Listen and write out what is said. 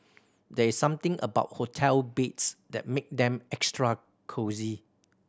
there's something about hotel beds that make them extra cosy